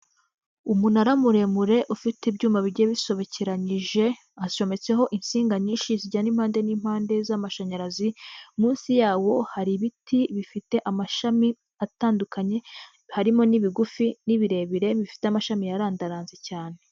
Umunara muremure ufite ibyuma bigiye bisobekeranyije hacometseho insinga nyinshi zijyana impande n'impande z'amashanyarazi, munsi yawo hari ibiti bifite amashami atandukanye, harimo n'ibigufi n'ibirebire bifite amashami yarandaranze cyane.